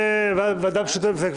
זה ועדה משותפת.